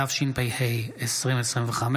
התשפ"ה 2025,